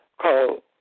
called